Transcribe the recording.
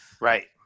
Right